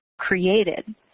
created